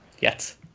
Yes